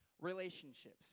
Relationships